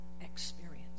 experience